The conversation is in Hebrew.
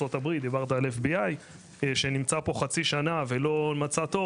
מארצות הברית ולא מצא תור,